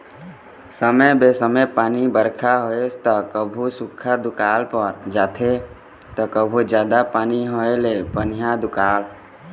समे बेसमय पानी बरखा होइस त कभू सुख्खा दुकाल पर जाथे त कभू जादा पानी होए ले पनिहा दुकाल